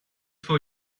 for